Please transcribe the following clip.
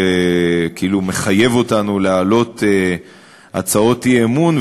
שכאילו מחייב אותנו להעלות הצעות אי-אמון,